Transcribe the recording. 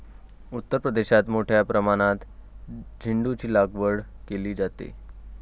उत्तर प्रदेशात मोठ्या प्रमाणात झेंडूचीलागवड केली जाते